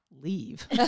leave